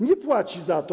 Nie płaci za to.